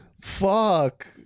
fuck